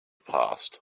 passed